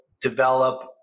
develop